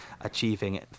achieving